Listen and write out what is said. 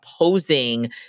opposing